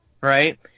right